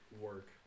work